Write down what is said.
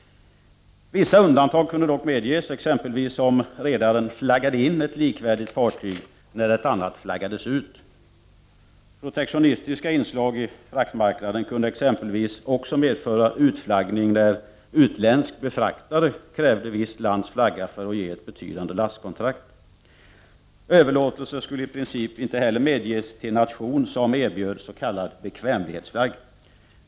Vissa undantag kunde dock medges, exempelvis om redaren ”flaggade in” ett likvärdigt fartyg när ett annat ”flaggade ut”. Protektionistiska inslag i fraktmarknaden kunde exempelvis också medföra utflaggning när utländsk befraktare krävde visst lands flagga för att ge ett betydande lastkontrakt. Överlåtelse skulle i princip ej heller medges till nation som erbjöd s.k. bekvämlighetsflagg.